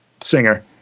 singer